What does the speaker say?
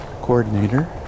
coordinator